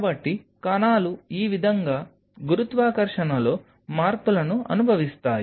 కాబట్టి కణాలు ఈ విధంగా గురుత్వాకర్షణలో మార్పులను అనుభవిస్తాయి